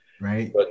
Right